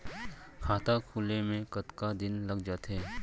खाता खुले में कतका दिन लग जथे?